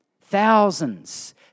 Thousands